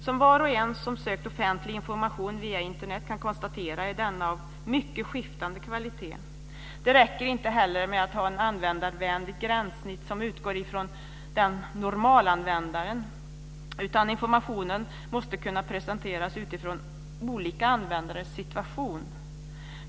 Som var och en som tagit del av offentlig information via Internet kan konstatera är denna av mycket skiftande kvalitet. Det räcker inte heller med att ha ett användarvänligt gränssnitt som utgår från normalanvändaren, utan informationen måste kunna presenteras utifrån olika användares situation.